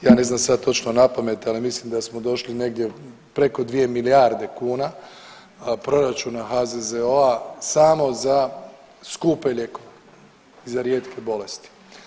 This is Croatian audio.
Ja ne znam sad točno na pamet, ali mislim da smo došli negdje preko dvije milijarde kuna proračuna HZZO-a samo za skupe lijekove i za rijetke bolesti.